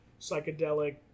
psychedelic